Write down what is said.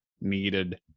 needed